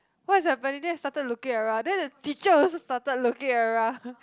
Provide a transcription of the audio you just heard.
what's happening then we started looking around then the teacher also started looking around